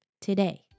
today